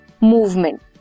movement